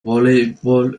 voleibol